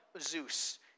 Zeus